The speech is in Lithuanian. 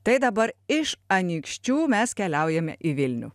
tai dabar iš anykščių mes keliaujame į vilnių